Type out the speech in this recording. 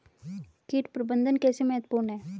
कीट प्रबंधन कैसे महत्वपूर्ण है?